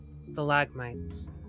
stalagmites